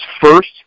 first